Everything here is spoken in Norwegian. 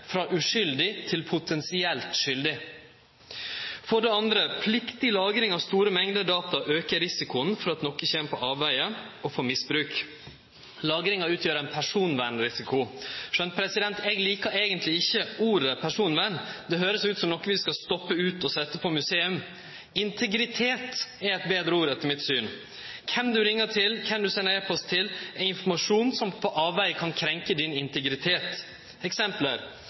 frå uskuldig til potensielt skuldig. For det andre aukar plikt til lagring av store mengder data risikoen for at noko kjem på avvege og for misbruk. Lagringa utgjer ein personvernrisiko. Eg likar eigentleg ikkje ordet «personvern» – det høyrest ut som noko som vi skal stoppe ut og setje på museum. «Integritet» er eit betre ord etter mitt syn. Kven du ringer til, kven du sender e-post til, er informasjon som på avvegar kan krenkje din integritet – eksempel: